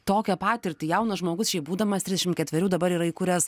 tokią patirtį jaunas žmogus šiaip būdamas trisdešim ketverių dabar yra įkūręs